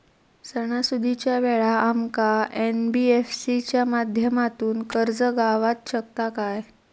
सणासुदीच्या वेळा आमका एन.बी.एफ.सी च्या माध्यमातून कर्ज गावात शकता काय?